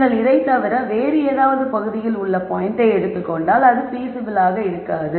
நீங்கள் இதைத் தவிர வேறு ஏதாவது பகுதியில் உள்ள பாயிண்டை எடுத்துக்கொண்டால் அது பீசிபிலாக இருக்காது